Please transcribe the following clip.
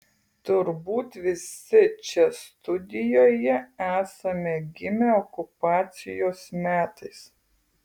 turbūt visi čia studijoje esame gimę okupacijos metais